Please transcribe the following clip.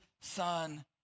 son